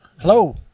Hello